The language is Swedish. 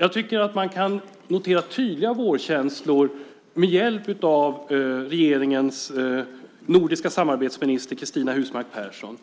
Jag tycker att man kan notera tydliga vårkänslor med hjälp av regeringens minister för nordiskt samarbete, Cristina Husmark Pehrsson.